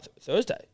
Thursday